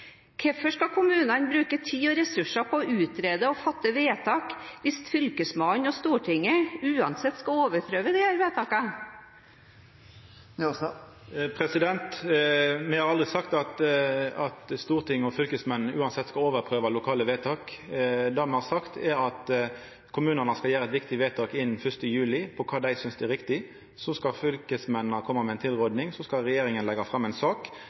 Hvorfor skal kommunene bruke tid og ressurser på å utrede og fatte vedtak hvis fylkesmannen og Stortinget uansett skal overprøve disse vedtakene? Me har aldri sagt at Stortinget og fylkesmennene uansett skal overprøva lokale vedtak. Det me har sagt, er at kommunane innan 1. juli skal gjera eit viktig vedtak om kva dei synest er riktig. Så skal fylkesmennene koma med ei tilråding, og regjeringa skal leggja fram ei sak.